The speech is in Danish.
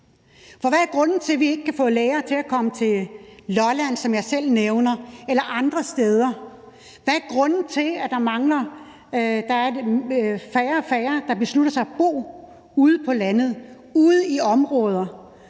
For hvad er grunden til, at vi ikke kan få læger til at komme til Lolland, som jeg selv nævner, eller andre steder? Hvad er grunden til, at der er færre og færre, der beslutter sig for at bo ude på landet, ude i de områder?